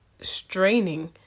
straining